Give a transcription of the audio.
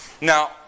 Now